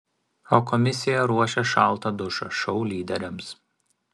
o komisija ruošia šaltą dušą šou lyderiams